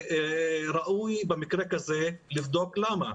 ראוי במקרה כזה לבדוק למה,